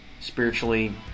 spiritually